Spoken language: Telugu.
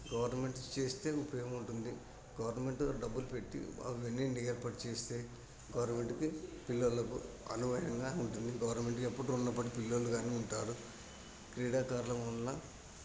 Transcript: గవర్నమెంట్ చేస్తే ఉపయోగం ఉంటుంది గవర్నమెంటు డబ్బులు పెట్టి అవన్నీ ఏర్పాటు చేస్తే గవర్నమెంట్కి పిల్లలకు అనుగుణంగా ఉంటుంది గవర్నమెంట్కి ఎప్పుడూ రుణపడి పిల్లలు కానీ ఉంటారు క్రీడాకారుల వలన